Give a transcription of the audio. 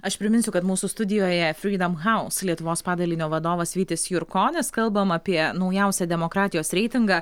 aš priminsiu kad mūsų studijoje fridam haus lietuvos padalinio vadovas vytis jurkonis kalbam apie naujausią demokratijos reitingą